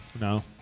No